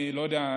אני לא יודע,